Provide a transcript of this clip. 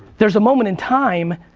there's a moment in time,